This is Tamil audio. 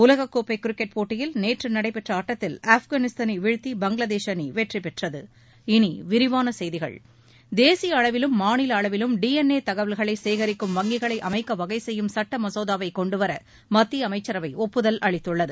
உலகக்கோப்பை கிரிக்கெட் போட்டியில் நேற்று நடைபெற்ற ஆட்டத்தில் ஆப்கானிஸ்தானை வீழ்த்தி பங்களாதேஷ் அணி வெற்றி பெற்றது இனி விரிவான செய்திகள் தேசிய அளவிலும் மாநில அளவிலும் டி என் ஏ தகவல்களை சேரிக்கும் வங்கிகளை அமைக்க வகை செய்யும் சுட்ட மசோதாவைக் கொண்டுவர மத்திய அமைச்சரவை ஒப்புதல் அளித்துள்ளது